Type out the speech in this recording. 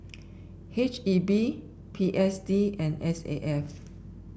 H E B P S D and S A F